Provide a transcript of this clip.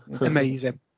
Amazing